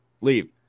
Leave